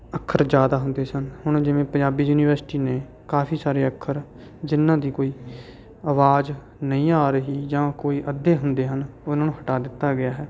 ਅੱਖਰ ਜ਼ਿਆਦਾ ਹੁੰਦੇ ਸਨ ਹੁਣ ਜਿਵੇਂ ਪੰਜਾਬੀ ਯੂਨੀਵਰਸਿਟੀ ਨੇ ਕਾਫੀ ਸਾਰੇ ਅੱਖਰ ਜਿਹਨਾਂ ਦੀ ਕੋਈ ਆਵਾਜ਼ ਨਹੀਂ ਆ ਰਹੀ ਜਾਂ ਕੋਈ ਅੱਧੇ ਹੁੰਦੇ ਹਨ ਉਹਨਾਂ ਨੂੰ ਹਟਾ ਦਿੱਤਾ ਗਿਆ ਹੈ